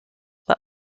but